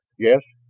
yes,